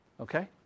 Okay